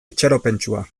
itxaropentsua